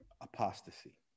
Apostasy